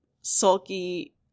sulky